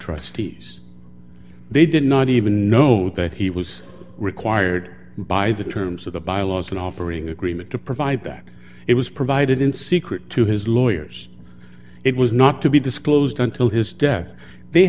trustees they did not even know that he was required by the terms of the byelaws an operating agreement to provide that it was provided in secret to his lawyers it was not to be disclosed until his death they